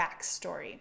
backstory